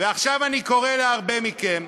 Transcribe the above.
ועכשיו אני קורא להרבה מכם: